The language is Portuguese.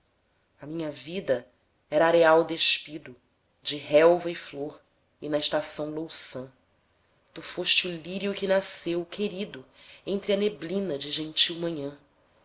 a minha vida era areal despido de relva e flor e na estação louçã tu foste o lírio que nasceu querido entre a neblina de gentil manhã